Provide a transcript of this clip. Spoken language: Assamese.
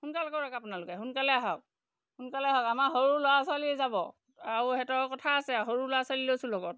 সোনকাল কৰক আপোনালোকে সোনকালে আহক সোনকালে আহক আমাৰ সৰু ল'ৰা ছোৱালী যাব আৰু সিহঁতৰ কথা আছে সৰু ল'ৰা ছোৱালী লৈছোঁ লগত